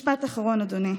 משפט אחרון, אדוני.